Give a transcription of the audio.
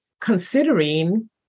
considering